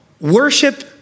Worship